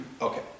Okay